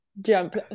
jump